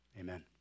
amen